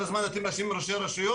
כל הזמן אתם מאשימים את ראשי הרשויות.